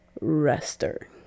rester